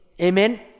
Amen